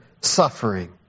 suffering